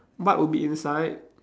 what would be inside